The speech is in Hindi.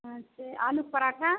अच्छा आलू पराठा